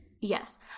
Yes